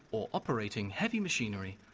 or operating heavy machinery,